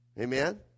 amen